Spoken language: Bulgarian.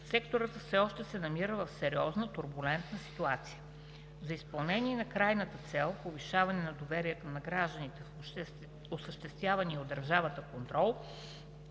секторът все още се намира в сериозна турбулентна ситуация. За изпълнение на крайната цел – повишаване на доверието на гражданите в осъществявания от държавата контрол,